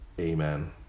Amen